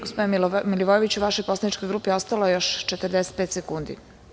Gospodine Milivojeviću, vašoj poslaničkoj grupi ostalo je još 45 sekundi.